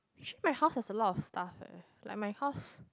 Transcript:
actually my house has a lot of stuff leh like my house